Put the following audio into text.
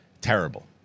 Terrible